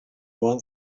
one